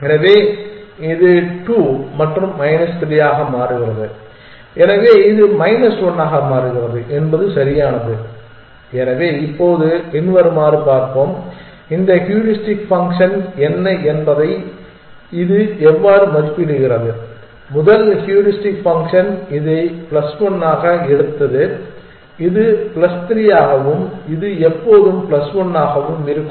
எனவே இது 2 மற்றும் மைனஸ் 3 ஆக மாறுகிறது எனவே இது மைனஸ் 1 ஆக மாறுகிறது என்பது சரியானது எனவே இப்போது பின்வருமாறு பார்ப்போம் இந்த ஹியூரிஸ்டிக் ஃபங்க்ஷன் என்ன என்பதை இது எவ்வாறு மதிப்பீடு செய்கிறது முதல் ஹூரிஸ்டிக் ஃபங்க்ஷன் இதை பிளஸ் 1 ஆக எடுத்தது இது பிளஸ் 3 ஆகவும் இது எப்போதும் பிளஸ் 1 ஆகவும் இருக்கும்